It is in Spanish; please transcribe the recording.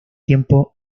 tiempo